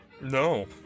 No